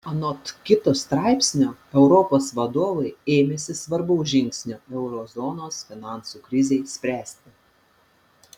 anot kito straipsnio europos vadovai ėmėsi svarbaus žingsnio euro zonos finansų krizei spręsti